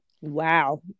Wow